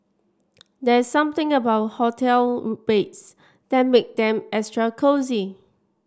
there's something about hotel beds that make them extra cosy